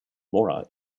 mora